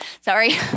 Sorry